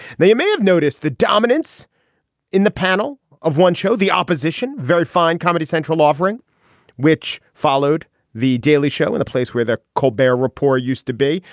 they may have noticed the dominance in the panel of one show the opposition very fine comedy central offering which followed the daily show in the place where the colbert report used to be.